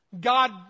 God